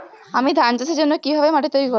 আমি ধান চাষের জন্য কি ভাবে মাটি তৈরী করব?